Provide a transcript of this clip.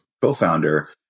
co-founder